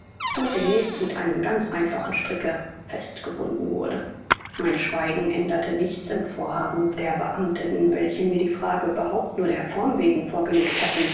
und demnächst mit einem ganz einfachen stricke festgebunden wurde mein schweigen änderte nichts im vorhaben der beamteten welche mir die frage überhaupt nur der form wegen vorgelegt hatten